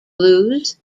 blues